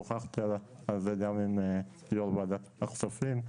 שוחחתי על זה גם עם יו"ר ועדת הכספים,